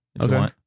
Okay